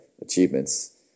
achievements